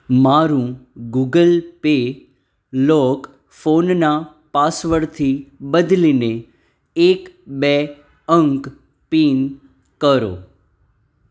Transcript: મારું Google Pay lock ફોનના પાસવર્ડથી બદલીને એક બે અંક પીન કરો